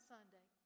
Sunday